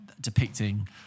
depicting